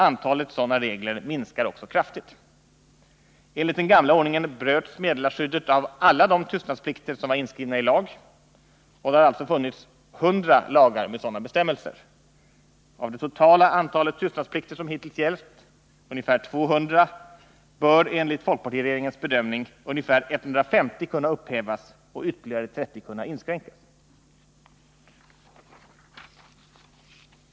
Antalet sådana regler minskar också kraftigt. Enligt den gamla ordningen bröts meddelarskyddet av alla de tystnadsplikter som var inskrivna i lag, och det har alltså funnits 100 lagar med sådana bestämmelser. Av det totala antalet tystnadsplikter som hittills gällt, ungefär 200, bör enligt folkpartiregeringens bedömning ungefär 150 kunna upphävas och ytterligare 30 kunna inskränkas.